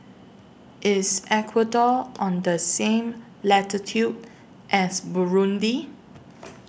IS Ecuador on The same latitude as Burundi